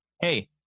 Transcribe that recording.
hey